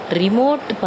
remote